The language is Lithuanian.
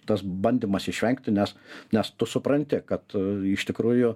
tas bandymas išvengti nes nes tu supranti kad iš tikrųjų